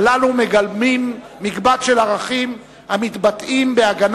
הללו מגלמים מקבץ של ערכים המתבטאים בהגנה